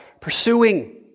pursuing